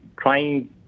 trying